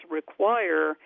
require